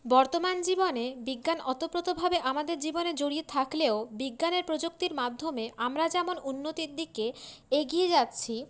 বর্তমান জীবনে বিজ্ঞান অতোপ্রতোভাবে আমাদের জীবনে জড়িয়ে থাকলেও বিজ্ঞানের প্রযুক্তির মাধ্যমে আমরা যেমন উন্নতির দিকে এগিয়ে যাচ্ছি